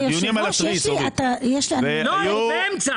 רגע, היושב ראש --- לא, הוא באמצע.